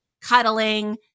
cuddling